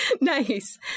Nice